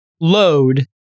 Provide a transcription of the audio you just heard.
load